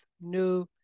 new